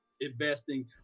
investing